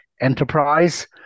Enterprise